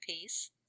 piece